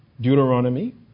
Deuteronomy